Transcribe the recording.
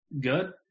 Good